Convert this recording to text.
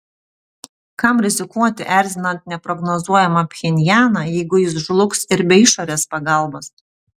kam rizikuoti erzinant neprognozuojamą pchenjaną jeigu jis žlugs ir be išorės pagalbos